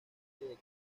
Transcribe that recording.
fuerte